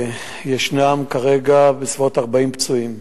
ישנם כרגע בסביבות 40 פצועים,